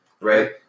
Right